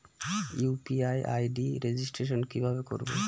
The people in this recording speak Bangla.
ইউ.পি.আই আই.ডি রেজিস্ট্রেশন কিভাবে করব?